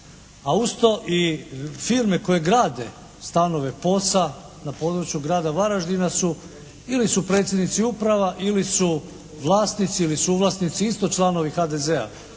a uz to i firme koje grade stanove POS-a na području Grada Varaždina su ili su predsjednici uprava ili su vlasnici ili suvlasnici isto članovi HDZ-a,